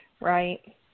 right